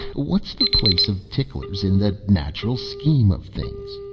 what's the place of ticklers in the natural scheme of things?